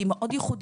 היא מאוד ייחוד